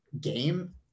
game